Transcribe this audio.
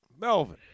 Melvin